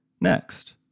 next